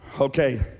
Okay